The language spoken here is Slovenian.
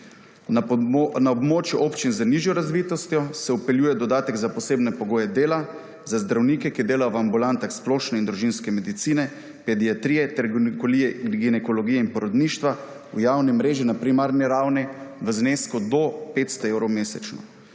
Na območju občin z nižjo razvitostjo se vpeljuje dodatek za posebne pogoje dela za zdravnike, ki delajo v ambulantah splošne in družinske medicine, pediatrije ter ginekologije in porodništva v javni mreži na primarni ravni v znesku do 500 evrov mesečno.